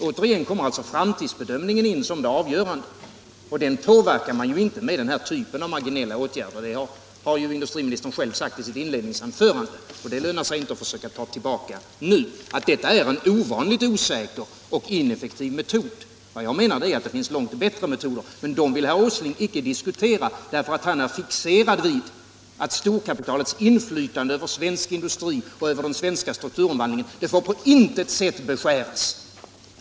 Återigen kommer alltså framtidsbedömningen in som det avgörande, och den påverkas inte genom den här typen av marginella åtgärder. Det har ju industriministern själv sagt i sitt inledningsanförande. Det lönar sig inte att nu försöka ta tillbaka att detta är en ovanligt osäker och ineffektiv metod. Vad jag menar är att det finns långt bättre metoder. Men dem vill herr Åsling icke diskutera, därför att han är fixerad vid att storkapitalets inflytande över svensk industri och den svenska strukturomvandlingen på intet sätt får beskäras.